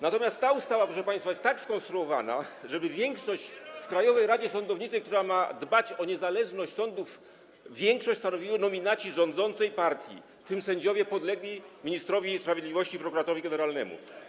Natomiast ta ustawa, proszę państwa, jest tak skonstruowana, żeby w Krajowej Radzie Sądownictwa, która ma dbać o niezależność sądów, większość stanowili nominaci rządzącej partii, w tym sędziowie podlegli ministrowi sprawiedliwości - prokuratorowi generalnemu.